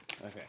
Okay